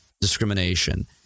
discrimination